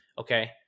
okay